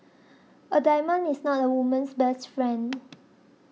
a diamond is not a woman's best friend